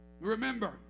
Remember